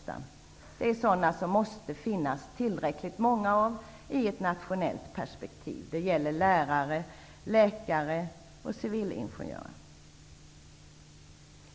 Det gäller sådana som det måste finnas tillräckligt många av i ett nationellt perspektiv, och det handlar då om lärare, läkare och civilingenjörer.